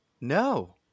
No